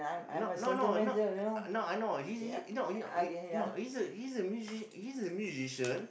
not no no not ah no I know he he he no he's a he's a musi~ he's a musician